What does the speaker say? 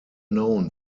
known